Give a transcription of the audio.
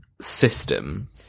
system